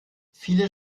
viele